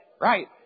Right